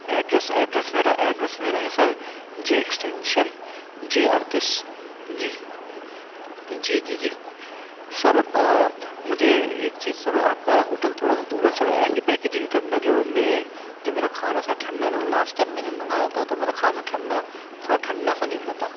address address میرا address میرا ہے سر جے ایکسٹینشن جے اڑتیس جی جی جی جی سر مجھے ایک چیز سر آپ کا ہوٹل تھوڑا سا دور ہے سر ایسی پیکیجنگ کرنا جو میرے جو میرا کھانا سر ٹھنڈا نہ ہو لاسٹ ٹائم میں نے منگایا تھا تو میرا کھانا ٹھنڈا تھوڑا ٹھنڈا سا نکلا تھا